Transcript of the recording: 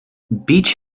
beech